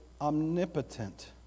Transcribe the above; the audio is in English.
omnipotent